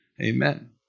Amen